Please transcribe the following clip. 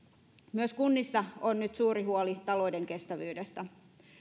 myös kunnissa on nyt suuri huoli talouden kestävyydestä